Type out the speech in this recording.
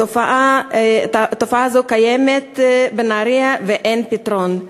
והתופעה הזאת קיימת בנהרייה ואין פתרון.